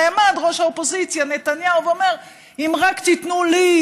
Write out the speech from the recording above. נעמד ראש האופוזיציה נתניהו ואומר: אם רק תיתנו לי,